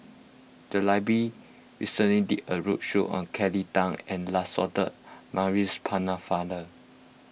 the library recently did a roadshow on Kelly Tang and Lancelot Maurice Pennefather